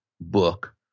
book